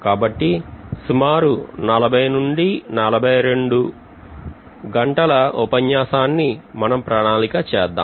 కాబట్టి సుమారు 40 నుండి 42 మొత్తం ఉపన్యాసాన్ని మనం ప్రణాళిక చేద్దాం